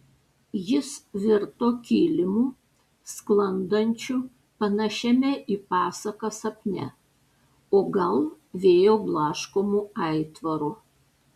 jis virto kilimu sklandančiu panašiame į pasaką sapne o gal vėjo blaškomu aitvaru